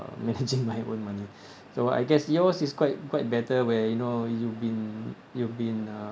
uh managing my own money though I guess yours is quite quite better where you know you've been you've been